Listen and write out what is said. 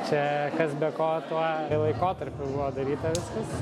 čia kas be ko tuo laikotarpiu buvo daryta viskas